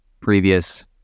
previous